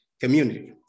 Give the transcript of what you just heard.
community